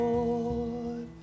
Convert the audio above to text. Lord